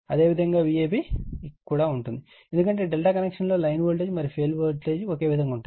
అదేవిధంగా VAB కూడా ఉంటుంది ఎందుకంటే ∆ కనెక్షన్ లో లైన్ వోల్టేజ్ మరియు ఫేజ్ వోల్టేజ్ ఒకే విధంగా ఉంటాయి